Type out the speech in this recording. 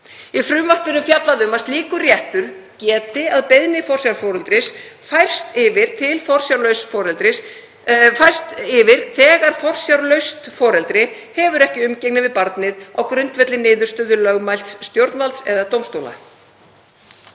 Í frumvarpinu er fjallað um að slíkur réttur geti að beiðni forsjárforeldris færst yfir þegar forsjárlaust foreldri hefur ekki umgengni við barnið á grundvelli niðurstöðu lögmælts stjórnvalds eða dómstóla.